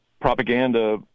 propaganda